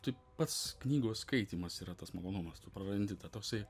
tu pats knygos skaitymas yra tas malonumas tu prarandi tą toksai